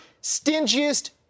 stingiest